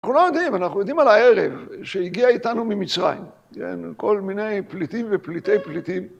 אנחנו לא יודעים, אנחנו יודעים על הערב שהגיע איתנו ממצרים. כל מיני פליטים ופליטי פליטים.